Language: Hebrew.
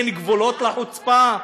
אין גבולות לחוצפה?